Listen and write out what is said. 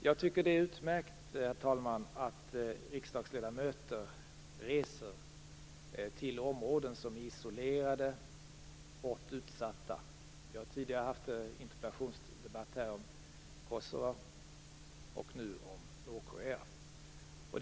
Jag tycker att det är utmärkt, herr talman, att riksdagsledamöter reser till områden som är isolerade och hårt utsatta. Jag har tidigare haft en interpellationsdebatt här om Kosovo och nu om Nordkorea.